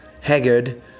Haggard